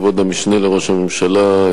כבוד המשנה לראש הממשלה,